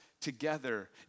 together